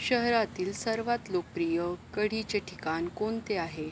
शहरातील सर्वात लोकप्रिय कढीचे ठिकाण कोणते आहे